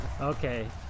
Okay